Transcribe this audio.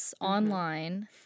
online